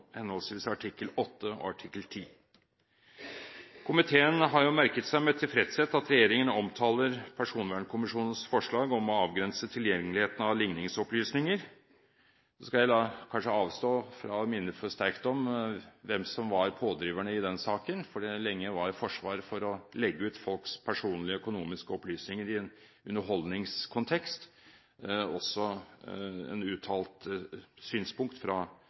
henholdsvis artikkel 8 og artikkel 10. Komiteen har merket seg med tilfredshet at regjeringen omtaler Personvernkommisjonens forslag om å avgrense tilgjengeligheten av ligningsopplysninger. Jeg skal kanskje avstå fra å minne for sterkt om hvem som var pådriverne i den saken, for det var lenge forsvar for å legge ut folks personlige økonomiske opplysninger i en underholdningskontekst – også et uttalt synspunkt fra